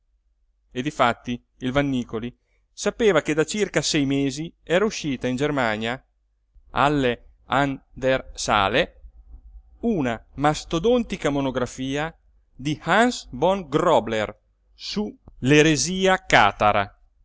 e difatti il vannícoli sapeva che da circa sei mesi era uscita in germania halle a s una mastodontica monografia di hans von grobler su